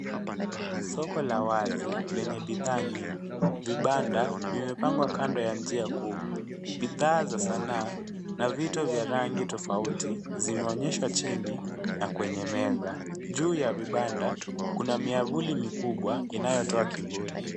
Soko la wazi lenye bidhaa nyingi. Vibanda vimepangwa kando ya njia kuu. Bidhaa za sanaa na vitu vya rangi tofauti vimeonyeshwa chini na kwenye meza. Juu ya vibanda kuna miavuli mikubwa inayotoa kivuli.